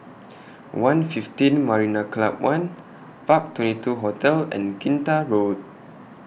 one' fifteen Marina Club one Park twenty two Hotel and Kinta Road